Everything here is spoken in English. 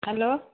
hello